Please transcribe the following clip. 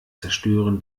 zerstören